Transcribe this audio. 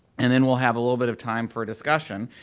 and then we'll have a little bit of time for a discussion,